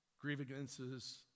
Grievances